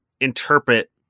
interpret